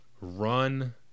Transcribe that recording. run